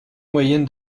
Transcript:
moyenne